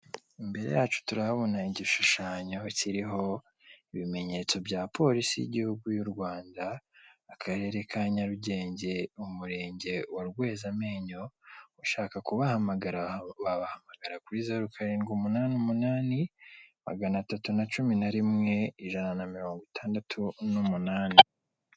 Imbere yacu turahabona igishushanyo kiriho ibimenyetso bya Polisi y'igihugu y'u Rwanda akarere ka Nyarugenge umurenge wa Rwezamenyo, ushaka kubahamagara wabahamagara kuri zeru karindwi umunani umunani magana atatu na cumi nari rimwe ijana na mirongo itandatu n'umunani.